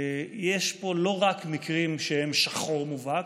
יש פה לא רק מקרים שהם שחור מובהק,